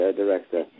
director